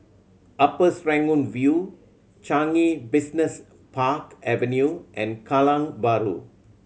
Upper Serangoon View Changi Business Park Avenue and Kallang Bahru